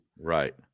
Right